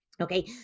okay